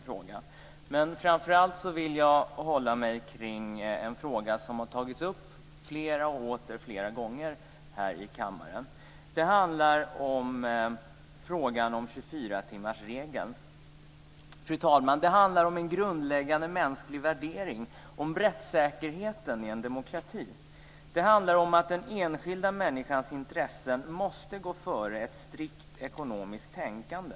Framför allt ska jag uppehålla mig vid en fråga som har tagits upp flera gånger här i kammaren, och det gäller 24-timmarsregeln. Det handlar om en grundläggande mänsklig värdering, om rättssäkerheten i en demokrati. Det handlar om att den enskilda människans intressen måste gå före ett strikt ekonomiskt tänkande.